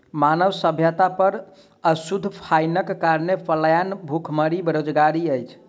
मानव सभ्यता पर अशुद्ध पाइनक कारणेँ पलायन, भुखमरी, बेरोजगारी अछि